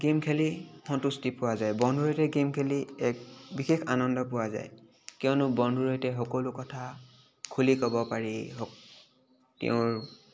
game খেলি সন্তুষ্টি পোৱা যায় বন্ধুৰ সৈতে গেম খেলি এক বিশেষ আনন্দ পোৱা যায় কিয়নো বন্ধুৰ সৈতে সকলো কথা খুলি ক'ব পাৰি তেওঁৰ